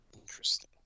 Interesting